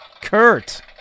Kurt